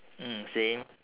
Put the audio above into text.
mm same